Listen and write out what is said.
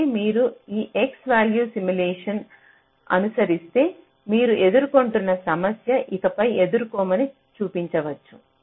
కాబట్టి మీరు ఈ x వ్యాల్యూ సిమ్ము లేషన్ అనుసరిస్తే మీరు ఎదుర్కొంటున్న సమస్య ఇకపై ఎదుర్కోమని చూపించవచ్చు